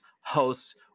hosts